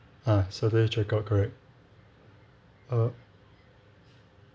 ah saturday check out correct err